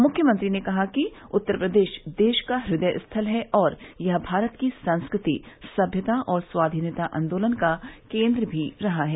मुख्यमंत्री ने कहा कि उत्तर प्रदेश देश का हदय स्थल है और यह भारत की संस्कृति सभ्यता और स्वाधीनता आन्दोलन का केन्द्र भी रहा है